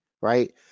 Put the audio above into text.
Right